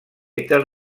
èter